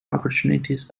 opportunities